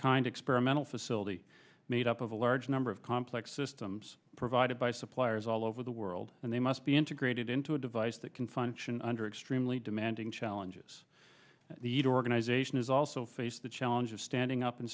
kind experimental facility made up of a large number of complex systems provided by suppliers all over the world and they must be integrated into a device that can function under extremely demanding challenges the organization is also face the challenge of standing up and